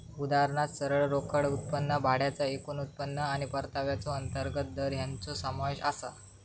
उदाहरणात सरळ रोकड उत्पन्न, भाड्याचा एकूण उत्पन्न आणि परताव्याचो अंतर्गत दर हेंचो समावेश आसा